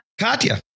Katya